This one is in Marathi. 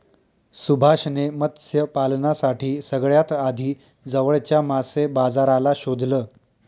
सुभाष ने मत्स्य पालनासाठी सगळ्यात आधी जवळच्या मासे बाजाराला शोधलं